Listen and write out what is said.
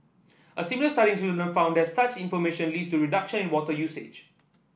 a similar study in Switzerland found that such information leads to reduction in water usage